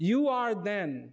you are then